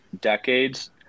decades